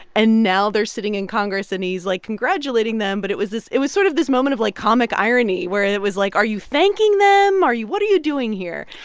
and now they're sitting in congress. and he's, like, congratulating them, but it was this it was sort of this moment of, like, comic irony where it it was like, are you thanking them? are you what are you doing here?